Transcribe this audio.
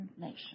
nation